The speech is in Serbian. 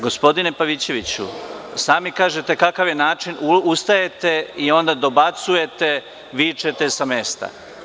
Gospodine Pavićeviću, sami kažete kakav je način, a ustajete i onda dobacujete i vičete sa mesta.